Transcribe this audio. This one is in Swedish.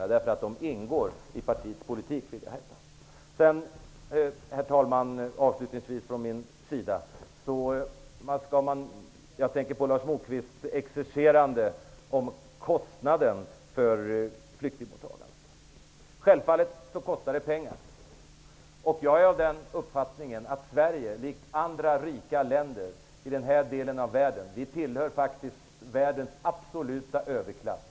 Jag vill hävda att de ingår i partiets politik. Herr talman! Jag vill avslutningsvis kommentera Lars Moquists exercerande om kostnaden för flyktingmottagandet. Självfallet kostar det pengar. Jag är av den uppfattningen att Sverige likt andra rika länder i denna del av världen tillhör världens absoluta överklass.